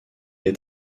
ait